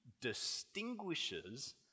distinguishes